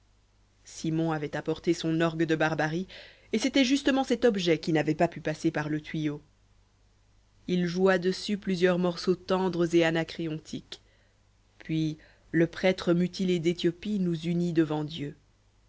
simon avait apporté son orgue de barbarie et c'était justement cet objet qui n'avait pas pu passer par le tuyau il joua dessus plusieurs morceaux tendres et anacréontiques puis le prêtre mutilé d'éthiopie nous unit devant dieu